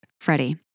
Freddie